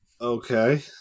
Okay